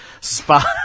spot